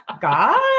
God